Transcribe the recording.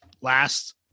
last